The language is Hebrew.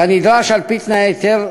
כנדרש על-פי תנאי ההיתר,